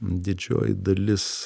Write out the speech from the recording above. didžioji dalis